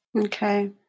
Okay